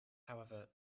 however